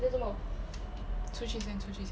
你在做么出去先出去先